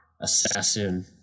assassin